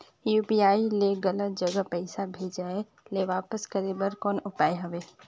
UPI ले गलत जगह पईसा भेजाय ल वापस करे बर कौन उपाय हवय?